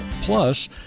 Plus